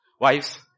Wives